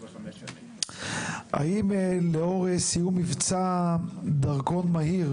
האם לאור סיום מבצע דרכון מהיר,